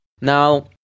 Now